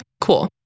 cool